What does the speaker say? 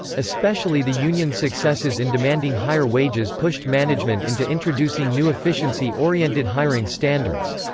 especially the unions successes in demanding higher wages pushed management into introducing new efficiency-oriented hiring standards.